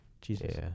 Jesus